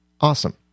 awesome